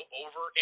over